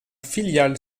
filiale